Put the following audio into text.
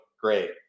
great